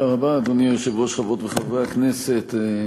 אדוני היושב-ראש, תודה רבה, חברות וחברי הכנסת,